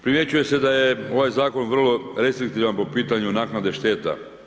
Primjećuje se da je ovaj Zakon vrlo recitativan po pitanju naknade šteta.